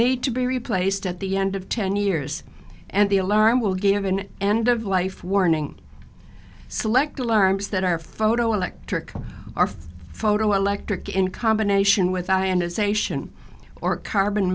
need to be replaced at the end of ten years and the alarm will give an end of life warning select alarms that are photo electrical are photoelectric in combination with